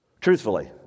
Truthfully